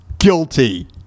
Guilty